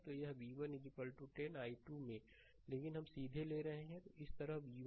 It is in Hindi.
तो v1 10 i2 में लेकिन हम सीधे ले रहे हैं इस तरह v1